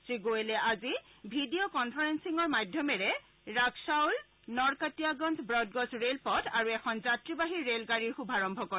শ্ৰী গোৱেলে আজি ভিডিঅ' কনফাৰেগিঙৰ মাধ্যমেৰে ৰাক্সাউল নৰকটিয়াগঞ ৱডগজ ৰেলপথ আৰু এখন যাত্ৰীবাহী ৰেলগাড়ীৰ শুভাৰম্ভ কৰে